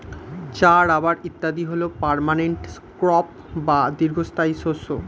চা, রাবার ইত্যাদি হল পার্মানেন্ট ক্রপ বা দীর্ঘস্থায়ী শস্য